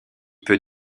peut